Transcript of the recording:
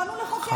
באנו לחוקק פה.